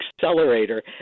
accelerator